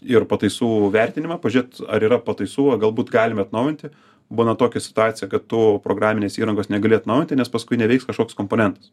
ir pataisų vertinimą pažiūrėt ar yra pataisų o galbūt galima atnaujinti būna tokia situacija kad tu programinės įrangos negali atnaujinti nes paskui neveiks kažkoks komponentas